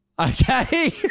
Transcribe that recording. Okay